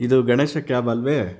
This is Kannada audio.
ಇದು ಗಣೇಶ ಕ್ಯಾಬ್ ಅಲ್ವೇ